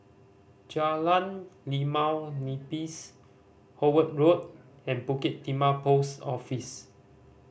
Jalan Limau Nipis Howard Road and Bukit Timah Post Office